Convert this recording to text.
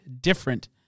different